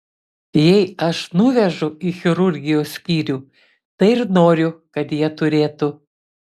jei aš nuvežu į chirurgijos skyrių tai ir noriu kad jie turėtų